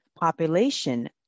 population